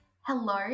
Hello